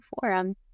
forum